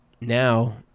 Now